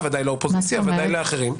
אתה, ודאי האופוזיציה, ודאי אחרים.